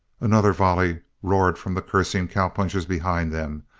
another volley roared from the cursing cowpunchers behind them,